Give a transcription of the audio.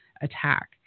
attack